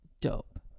dope